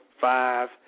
five